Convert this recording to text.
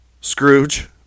Scrooge